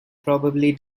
probably